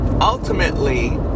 Ultimately